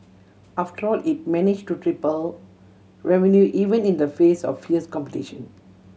after all it managed to triple revenue even in the face of fierce competition